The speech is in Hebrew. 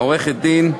עורכת-הדין,